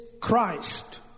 Christ